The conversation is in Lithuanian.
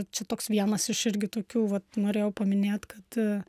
čia toks vienas iš irgi tokių vat norėjau paminėt kad